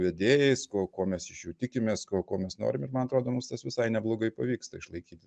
vedėjais ko ko mes iš jų tikimės ko mes norim ir man atrodo mums tas visai neblogai pavyksta išlaikyti